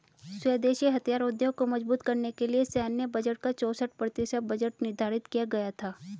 स्वदेशी हथियार उद्योग को मजबूत करने के लिए सैन्य बजट का चौसठ प्रतिशत बजट निर्धारित किया गया था